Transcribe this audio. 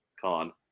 con